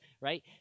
right